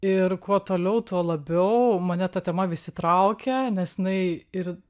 ir kuo toliau tuo labiau mane ta tema visi įtraukia nes jinai ir